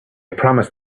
promised